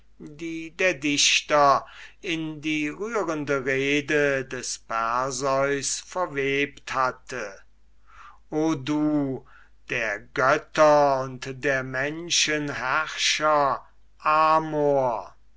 die der dichter in die rührende rede des perseus verweht hatte o du der götter und der menschen herrscher amor